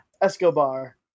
Escobar